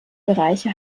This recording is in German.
bereiche